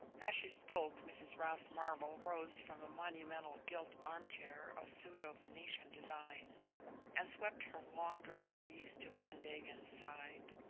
as she spoke mrs. ralph marvell rose from a monumental gilt arm-chair of pseudo-venetian design and swept her long draperies to van degen's side.